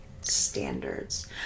standards